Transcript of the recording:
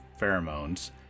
pheromones